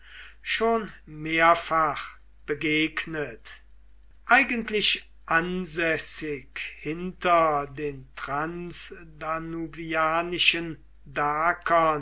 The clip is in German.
schon mehrfach begegnet eigentlich ansässig hinter den transdanuvianischen